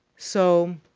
so.